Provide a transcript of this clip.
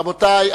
רבותי,